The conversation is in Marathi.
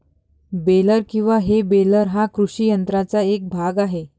बेलर किंवा हे बेलर हा कृषी यंत्राचा एक भाग आहे